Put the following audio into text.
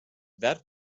that